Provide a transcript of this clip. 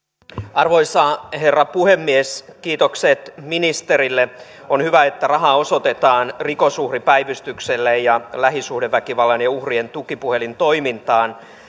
arvoisa herra puhemies kiitokset ministerille on hyvä että raha osoitetaan rikosuhripäivystykselle ja lähisuhdeväkivallan uhrien tukipuhelintoimintaan